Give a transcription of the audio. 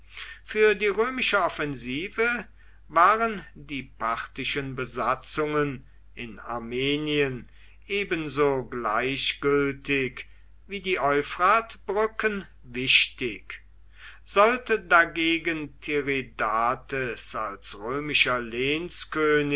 für die römische offensive waren die parthischen besatzungen in armenien ebenso gleichgültig wie die euphratbrücken wichtig sollte dagegen tiridates als römischer